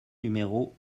numéro